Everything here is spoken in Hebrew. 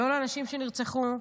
לא לאנשים שנרצחו,